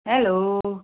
hello